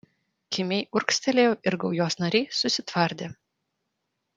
kimiai urgztelėjau ir gaujos nariai susitvardė